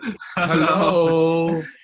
hello